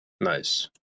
Nice